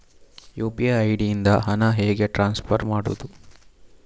UPI ID ಇಂದ ಹಣ ಹೇಗೆ ಟ್ರಾನ್ಸ್ಫರ್ ಮಾಡುದು?